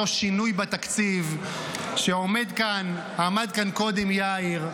אותו שינוי בתקציב עמד כאן קודם יאיר,